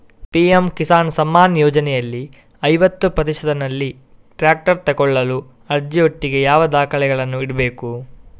PM Kisan Samman ಯೋಜನೆಯಲ್ಲಿ ಐವತ್ತು ಪ್ರತಿಶತನಲ್ಲಿ ಟ್ರ್ಯಾಕ್ಟರ್ ತೆಕೊಳ್ಳಲು ಅರ್ಜಿಯೊಟ್ಟಿಗೆ ಯಾವ ದಾಖಲೆಗಳನ್ನು ಇಡ್ಬೇಕು?